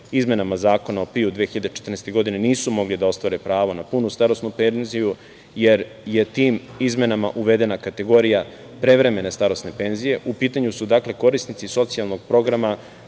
izmenama Zakona o PIO 2014. godine, nisu mogli da ostvare pravo na punu starosnu penziju, jer je tim izmenama uvedena kategorija prevremene starosne penzije. U pitanju su korisnici socijalnog programa